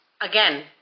again